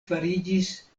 fariĝis